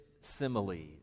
similes